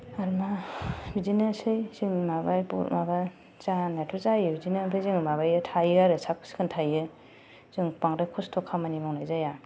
आरो मा बिदिनोसै जोंना माने माबा जानायाथ' जायो बिदिनो ओमफ्राय जोङो माबायो थायो आरो साखोन सिखोन थायो जों बांद्राय खस्थ' खामानि मावनाय जाया